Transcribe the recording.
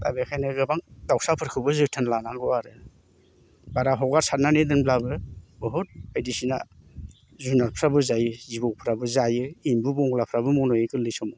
दा बेखायनो गोबां दावसाफोरखौबो जोथोन लानांगौ आरो बारा हगारसारनानै दोनब्लाबो बुहुथ बायदिसिना जुनारफ्राबो जायो जिबौफ्राबो जायो एम्बु बंग्लाफ्राबो मनयो गोरलै समाव